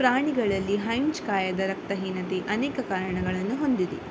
ಪ್ರಾಣಿಗಳಲ್ಲಿ ಹಂಚಿ ಕಾಯದ ರಕ್ತಹೀನತೆ ಅನೇಕ ಕಾರಣಗಳನ್ನು ಹೊಂದಿದೆ